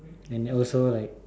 and also like